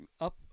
up